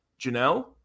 Janelle